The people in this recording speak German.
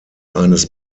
eines